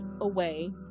away